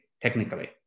technically